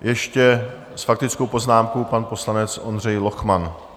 Ještě s faktickou poznámkou pan poslanec Ondřej Lochman.